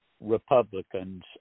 Republicans